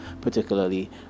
particularly